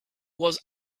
was